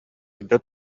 эрдэ